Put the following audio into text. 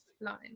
line